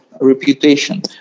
reputation